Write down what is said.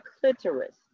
clitoris